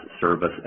service